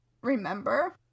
remember